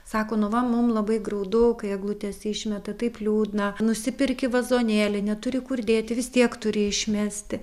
sako nu va mum labai graudu kai eglutes išmeta taip liūdna nusiperki vazonėly neturi kur dėti vis tiek turi išmesti